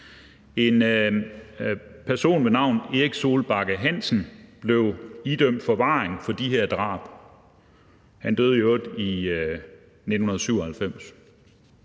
En person ved navn Erik Solbakke Hansen blev idømt forvaring for de her drab. Han døde i øvrigt i 1997.